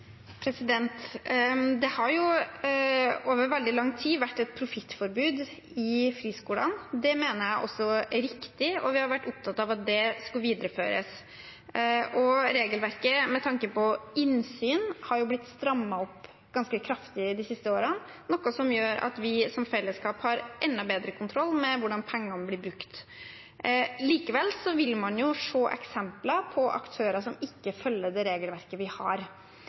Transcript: Det har over veldig lang tid vært et profittforbud i friskolene. Det mener jeg også er riktig, og vi har vært opptatt av at det skal videreføres. Regelverket med tanke på innsyn har blitt strammet inn ganske kraftig de siste årene, noe som gjør at vi som fellesskap har enda bedre kontroll med hvordan pengene blir brukt. Likevel vil man se eksempler på aktører som ikke følger regelverket vi har.